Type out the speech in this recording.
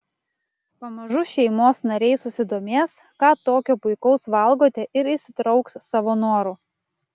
pamažu šeimos nariai susidomės ką tokio puikaus valgote ir įsitrauks savo noru